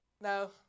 Now